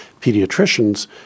pediatricians